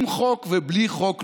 עם חוק ובלי חוק,